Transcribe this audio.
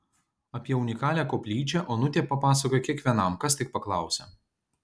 apie unikalią koplyčią onutė papasakoja kiekvienam kas tik paklausia